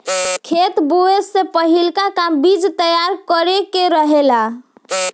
खेत बोए से पहिलका काम बीज तैयार करे के रहेला